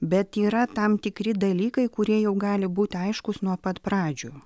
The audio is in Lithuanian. bet yra tam tikri dalykai kurie jau gali būti aiškūs nuo pat pradžių